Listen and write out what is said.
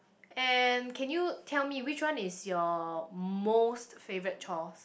and can you tell me which one is your most favourite chore